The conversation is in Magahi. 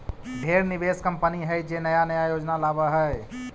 ढेरे निवेश कंपनी हइ जे नया नया योजना लावऽ हइ